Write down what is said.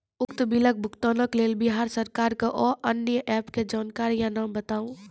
उक्त बिलक भुगतानक लेल बिहार सरकारक आअन्य एप के जानकारी या नाम बताऊ?